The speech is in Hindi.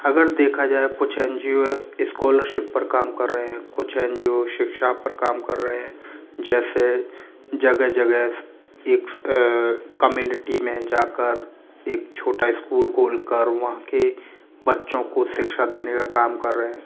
अगर देखा जाए कुछ एन जी ओ स्कॉलरशिप पर काम कर रहे हैं कुछ एन जी ओ शिक्षा पर काम कर रहे हैं जैसे जगह जगह एक कम्युनिटी में जाकर एक छोटा स्कूल खोल कर वहाँ के बच्चों को शिक्षा देने का काम कर रहे हैं